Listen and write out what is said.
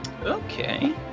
Okay